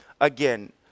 again